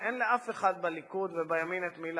אין לאף אחד בליכוד ובימין את מי להאשים,